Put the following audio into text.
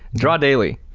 draw daily.